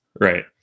right